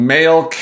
Male